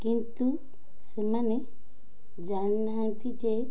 କିନ୍ତୁ ସେମାନେ ଜାଣିନାହାନ୍ତି ଯେ